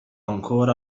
ancora